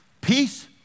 peace